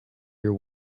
your